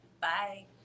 Bye